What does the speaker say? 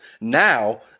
now